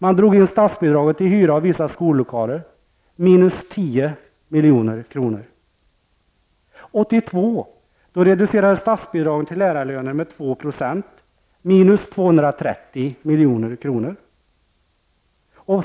Man drog in statsbidraget till hyra av vissa skollokaler, minus 10 milj.kr. 2 %, minus 230 milj.kr.